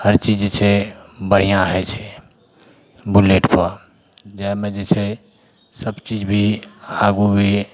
हर चीज जे छै बढ़िआँ होइ छै बुलेटपर जाइमे जे छै सबचीज भी आगू भी